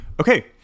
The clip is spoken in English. Okay